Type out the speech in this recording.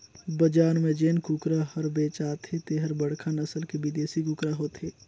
बजार में जेन कुकरा हर बेचाथे तेहर बड़खा नसल के बिदेसी कुकरा होथे